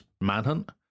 manhunt